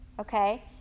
okay